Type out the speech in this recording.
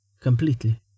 completely